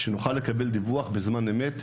על מנת שנוכל לקבל דיווח בזמן אמת.